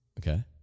Okay